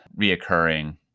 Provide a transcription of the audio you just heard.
reoccurring